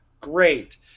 great